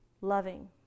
loving